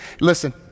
listen